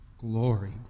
glory